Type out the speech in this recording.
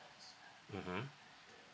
mmhmm